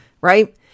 right